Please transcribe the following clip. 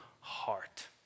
heart